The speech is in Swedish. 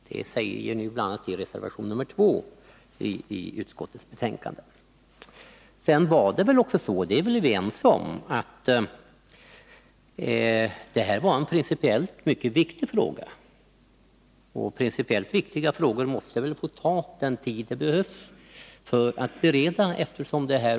Det säger ni bl.a. i reservation 2 till konstitutionsutskottets betänkande. Vi är väl också ense om att detta var en principiellt mycket viktig fråga. Och principiellt viktiga frågor måste få ta den tid som behövs när det gäller beredningen.